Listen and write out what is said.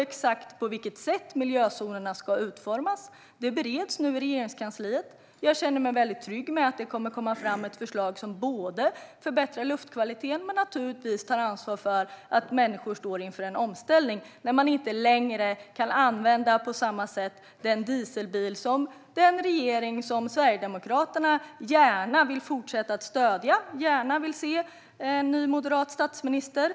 Exakt på vilket sätt miljözonerna ska utformas bereds nu i Regeringskansliet. Jag känner mig väldigt trygg med att det kommer att komma fram ett förslag som både förbättrar luftkvaliteten och tar ansvar för att människor står inför en omställning när man inte längre på samma sätt kan använda den dieselbil som subventionerades av den regering som Sverigedemokraterna gärna vill fortsätta att stödja. De vill gärna se en ny moderat statsminister.